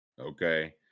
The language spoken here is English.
Okay